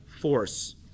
force